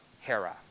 Hera